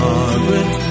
Margaret